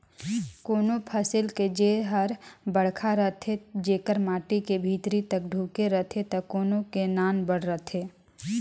कोनों फसिल के जेर हर बड़खा रथे जेकर माटी के भीतरी तक ढूँके रहथे त कोनो के नानबड़ रहथे